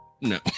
No